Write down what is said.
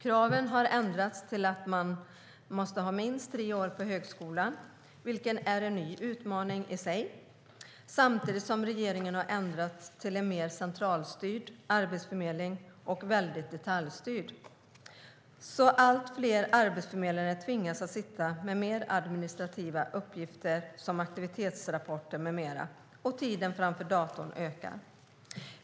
Kraven har ändrats till att man måste ha minst tre år på högskola, vilket är en ny utmaning i sig, samtidigt som regeringen har ändrat till en mer centralstyrd och väldigt detaljstyrd arbetsförmedling. Allt fler arbetsförmedlare tvingas alltså sitta med mer administrativa uppgifter, som aktivitetsrapporter med mera, och tiden framför datorn ökar.